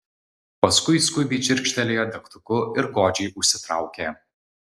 paskui skubiai čirkštelėjo degtuku ir godžiai užsitraukė